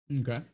okay